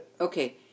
Okay